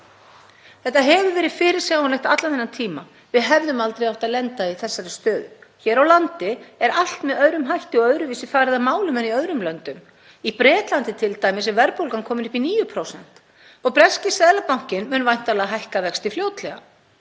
Þetta hefur verið fyrirsjáanlegt allan þennan tíma. Við hefðum aldrei átt að lenda í þessari stöðu. Hér á landi er allt með öðrum hætti og öðruvísi farið að málum en í öðrum löndum. Í Bretlandi er verðbólgan t.d. komin upp í 9% og breski seðlabankinn mun væntanlega hækka vexti fljótlega.